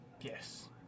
yes